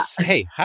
Hey